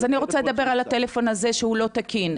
אז אני רוצה לדבר על הטלפון הזה שהוא לא תקין,